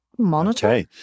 Monitor